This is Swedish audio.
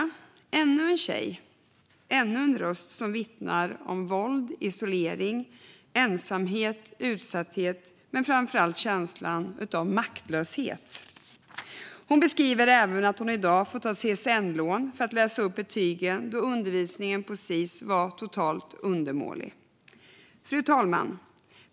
Detta är ännu en tjej och ännu en röst som vittnar om våld, isolering, ensamhet och utsatthet - men framför allt om känslan av maktlöshet. Hon beskriver även att hon i dag får ta CSN-lån för att läsa upp betygen, då undervisningen inom Sis var totalt undermålig. Fru talman!